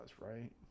right